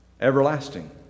Everlasting